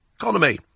economy